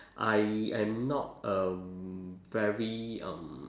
I I'm not um very um